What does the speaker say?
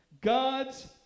God's